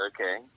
Okay